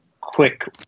quick